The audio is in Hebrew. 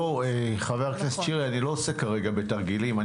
חבר הכנסת שירי, אני לא עוסק כרגע בתרגילים.